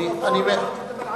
אני בטוח שהוא יודע שהוא המשיב.